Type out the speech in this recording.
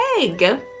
egg